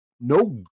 no